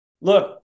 Look